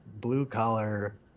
blue-collar